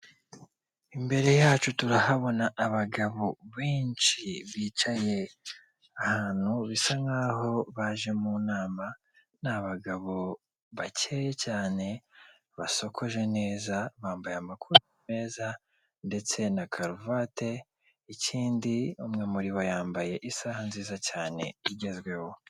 Imbere yacu turahabona abagabo benshi bicaye ahantu bisa nk'aho baje mu nama, ni abagabo bakeye cyene, basokoje neza, bambaye amakote meza ndetse na karuvate , ikindi umwe muri bo yambaye isaha nziza cyane igezweho.